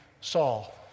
Saul